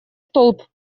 столб